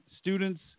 students